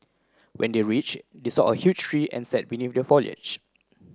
when they reach they saw a huge tree and sat beneath the foliage